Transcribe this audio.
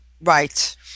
Right